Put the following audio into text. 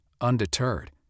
undeterred